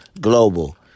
global